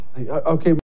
Okay